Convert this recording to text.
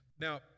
Now